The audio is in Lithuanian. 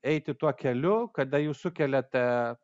eiti tuo keliu kada jūs sukeliate